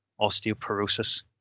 osteoporosis